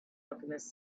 alchemist